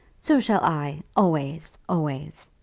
so shall i always, always.